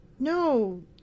No